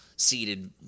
Seated